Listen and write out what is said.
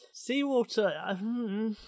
Seawater